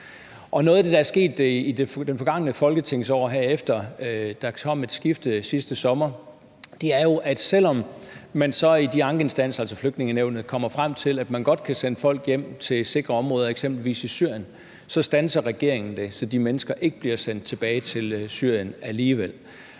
Noget af det, der er sket i det forgangne folketingsår her, efter der kom et skifte sidste sommer, er jo, at selv om man så i de ankeinstanser – altså Flygtningenævnet – kommer frem til, at man godt kan sende folk hjem til sikre områder eksempelvis i Syrien, så standser regeringen det, så de mennesker ikke bliver sendt tilbage til Syrien alligevel.